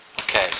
Okay